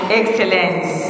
excellence